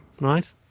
right